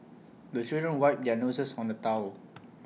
the children wipe their noses on the towel